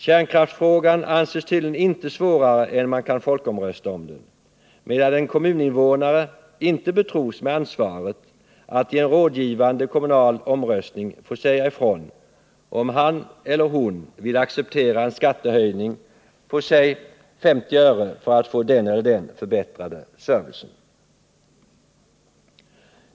Kärnkraftsfrågan anses tydligen inte svårare än att man kan folkomrösta om den, medan en kommuninvånare inte betros med ansvaret att i en rådgivande kommunal omröstning säga ifrån om han eller hon vill acceptera en skattehöjning på, säg, 50 öre för att få den eller den förbättrade servicen.